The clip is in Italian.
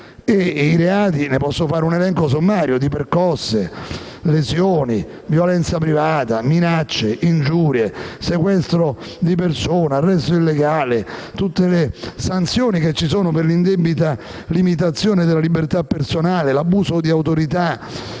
i reati - ne posso fare un elenco sommario - di percosse, lesioni, violenza privata, minacce, ingiurie, sequestro di persona o arresto illegale, con tutte le sanzioni previste per l'indebita limitazione della libertà personale, l'abuso di autorità